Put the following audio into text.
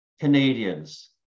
Canadians